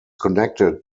connected